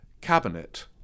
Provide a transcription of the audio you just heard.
cabinet